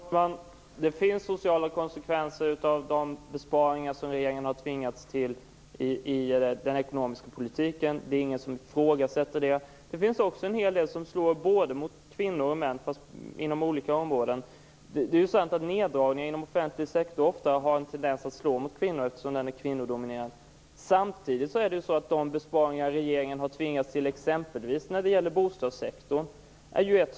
Herr talman! Det finns sociala konsekvenser av de besparingar som regeringen har tvingats till i den ekonomiska politiken. Det är ingen som ifrågasätter det. Det finns också en hel del besparingar som slår både mot kvinnor och män, fast inom olika områden. Det är sant att neddragningar inom offentligt sektor ofta har en tendens att slå mot kvinnor, eftersom den är kvinnodominerad. Samtidigt kan vi i dag se en väldigt hög manlig arbetslöshet på grund av de besparingar regeringen har tvingats till exempelvis när det gäller bostadssektorn.